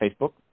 Facebook